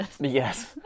Yes